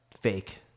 fake